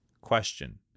Question